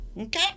okay